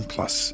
Plus